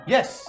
Yes